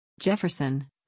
Jefferson